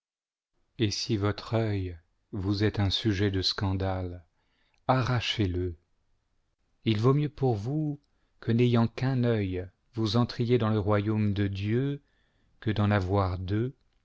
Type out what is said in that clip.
et si votre œil vous est un sujet de scandale arrachezle il vaut mieux pour vous que n'ayant qu'un œil vous entriez dans le royaume de dieu que d'en avoir deux